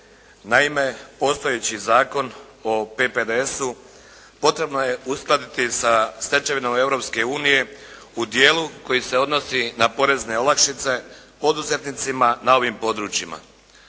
Naime, postojeći Zakon o PPDS-u potrebno je uskladiti sa stečevinom Europske unije u dijelu koji se odnosi na porezne olakšice, poduzetnicima na ovim područjima.